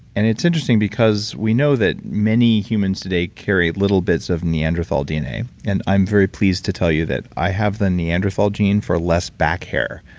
and it's interesting because we know that many humans today carry little bits of neanderthal dna, and i'm very pleased to tell you that i have the neanderthal gene for less back hair,